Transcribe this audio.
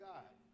God